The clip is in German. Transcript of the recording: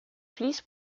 fleece